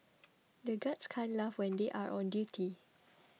the guards can't laugh when they are on duty